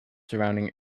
surrounding